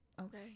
Okay